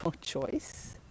choice